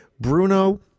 bruno